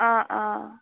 অঁ অঁ